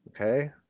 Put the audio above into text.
okay